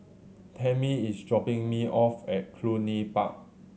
Tammie is dropping me off at Cluny Park